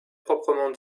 proprement